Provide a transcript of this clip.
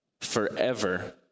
forever